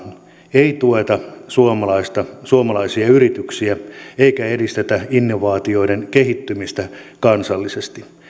ei tueta suomalaisia yrityksiä eikä edistetä innovaatioiden kehittymistä kansallisesti